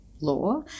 law